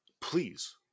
please